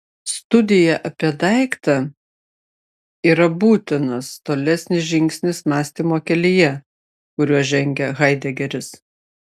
studija apie daiktą yra būtinas tolesnis žingsnis mąstymo kelyje kuriuo žengia haidegeris